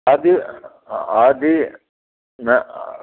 आदि आदि न